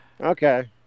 Okay